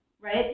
right